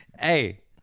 Hey